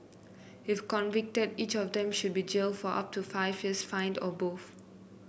if convicted each of them should be jailed for up to five years fined or both